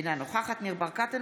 אינה נוכחת ניר ברקת,